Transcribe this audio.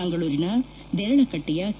ಮಂಗಳೂರಿನ ದೇರಳಕಟ್ಟೆಯ ಕೆ